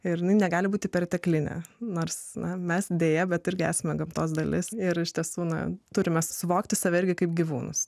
ir negali būti perteklinė nors na mes deja bet irgi esame gamtos dalis ir iš tiesų na turime suvokti save irgi kaip gyvūnus